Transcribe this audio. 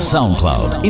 Soundcloud